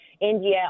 India